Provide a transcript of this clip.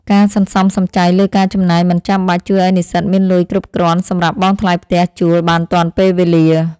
ការសន្សំសំចៃលើការចំណាយមិនចាំបាច់ ជួយឱ្យនិស្សិតមានលុយគ្រប់គ្រាន់សម្រាប់បង់ថ្លៃផ្ទះជួលបានទាន់ពេលវេលា។